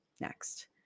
next